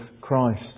Christ